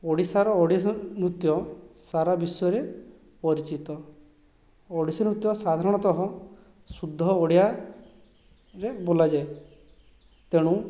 ଓଡ଼ିଶାର ଓଡ଼ିଶୀ ନୃତ୍ୟ ସାରା ବିଶ୍ୱରେ ପରିଚିତ ଓଡ଼ିଶୀ ନୃତ୍ୟ ସାଧାରଣତଃ ଶୁଦ୍ଧ ଓଡ଼ିଆରେ ବୁଲାଯାଏ ତେଣୁ